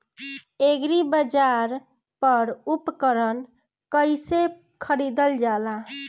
एग्रीबाजार पर उपकरण कइसे खरीदल जाला?